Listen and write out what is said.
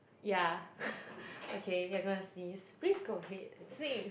ya okay you're going to sneeze please go ahead and sneeze